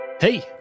Hey